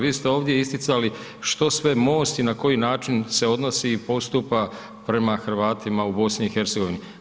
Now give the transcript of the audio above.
Vi ste ovdje isticali što sve MOST i na koji način se odnosi i postupa prema Hrvatima u BiH.